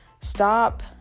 Stop